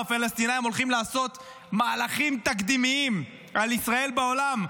הפלסטינים הולכים לעשות מהלכים תקדימיים על ישראל בעולם,